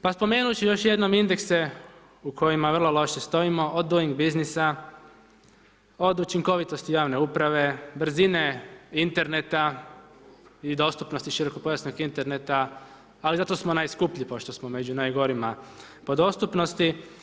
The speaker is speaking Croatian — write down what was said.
Pa spomenut ću još jednom indekse u kojima vrlo loše stojimo, od doingbussines, od učinkovitosti javne uprave, brzine interneta i dostupnosti širokopojasnog interneta, ali zato smo najskuplji pošto smo među najgorima po dostupnosti.